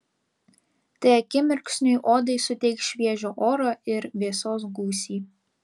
tai akimirksniui odai suteiks šviežio oro ir vėsos gūsį